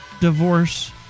divorce